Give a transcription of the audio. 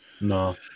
No